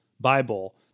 Bible